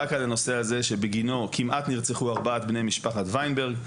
רק על הנושא הזה שבגינו כמעט נרצחו ארבעת בני משפחת ויינברג,